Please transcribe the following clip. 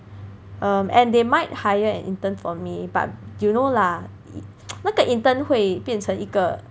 um and they might hire an intern for me but you know lah 那个 intern 会变成一个